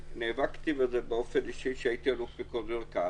נאבקתי בזה באופן אישי עת הייתי אלוף פיקוד מרכז